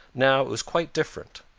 now it was quite different.